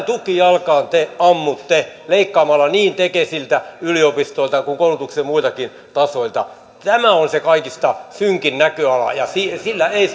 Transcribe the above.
tukijalkaan te ammutte leikkaamalla niin tekesiltä yliopistoilta kuin koulutuksen muiltakin tasoilta tämä on se kaikista synkin näköala ja sillä ei